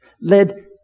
led